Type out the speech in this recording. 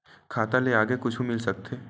खाता से आगे कुछु मिल सकथे?